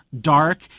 dark